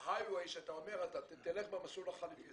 High way שאתה אומר: אתה תלך במסלול החליפי.